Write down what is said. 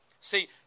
See